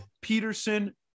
Peterson